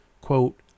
quote